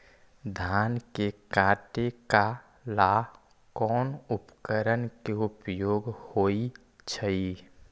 धान के काटे का ला कोंन उपकरण के उपयोग होइ छइ?